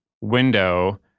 window